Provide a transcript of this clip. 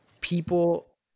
people